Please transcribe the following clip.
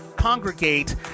congregate